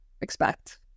expect